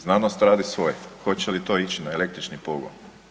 Znanost radi svoje, hoće li to ići na električni pogon?